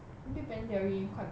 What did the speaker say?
big bang theory quite modern